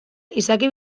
izaki